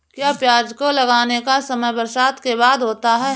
क्या प्याज को लगाने का समय बरसात के बाद होता है?